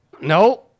No